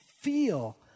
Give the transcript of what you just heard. feel